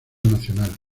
nacional